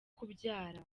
kubyara